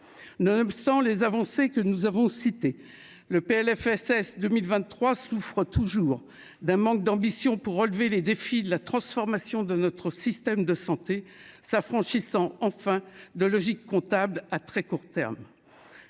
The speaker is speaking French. nonobstant les avancées que nous avons cité le PLFSS 2023 souffre toujours d'un manque d'ambition pour relever les défis de la transformation de notre système de santé s'affranchissant enfin de logique comptable à très court terme